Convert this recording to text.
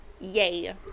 Yay